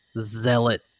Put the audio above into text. zealot